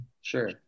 sure